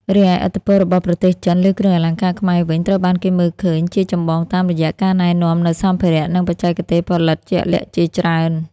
រីឯឥទ្ធិពលរបស់ប្រទេសចិនលើគ្រឿងអលង្ការខ្មែរវិញត្រូវបានគេមើលឃើញជាចម្បងតាមរយៈការណែនាំនូវសម្ភារៈ និងបច្ចេកទេសផលិតជាក់លាក់ជាច្រើន។